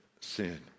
sin